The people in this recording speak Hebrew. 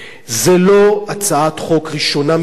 זו לא הצעת חוק ראשונה מסוגה.